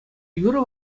юрӑ